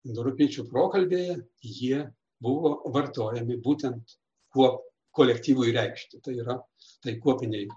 indoeuropiečių prokalbėje jie buvo vartojami būtent kuop kolektyvui reikšti tai yra tai kuopiniai